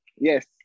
Yes